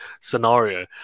scenario